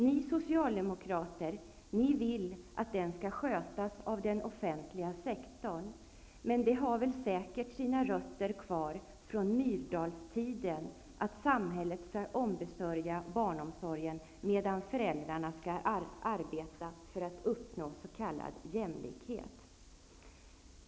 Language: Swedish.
Ni Socialdemokrater vill att den skall skötas av den offentliga sektorn. Men det har väl säkert sina rötter kvar sedan Myrdalstiden, då samhället skulle ombesörja barnomsorgen medan föräldrarna arbetade för att man skulle uppnå s.k. jämlikhet.